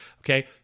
Okay